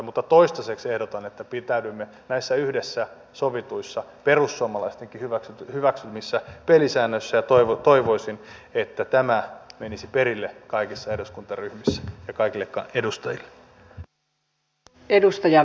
mutta toistaiseksi ehdotan että pitäydymme näissä yhdessä sovituissa perussuomalaistenkin hyväksymissä pelisäännöissä ja toivoisin että tämä menisi perille kaikissa eduskuntaryhmissä ja kaikille edustajille